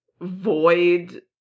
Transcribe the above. void